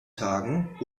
tagen